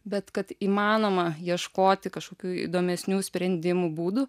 bet kad įmanoma ieškoti kažkokių įdomesnių sprendimų būdų